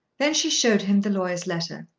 then she showed him the lawyer's letter.